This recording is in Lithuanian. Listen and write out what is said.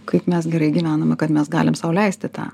kaip mes gerai gyvename kad mes galim sau leisti tą